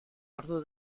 ordu